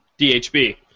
DHB